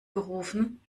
gerufen